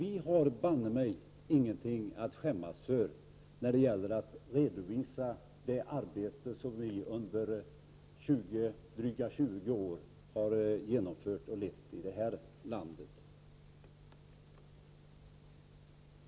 Vi har verkligen ingenting att skämmas för när det gäller att redovisa det arbete som vi under drygt 20 år har lett i det här landet.